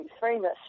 famous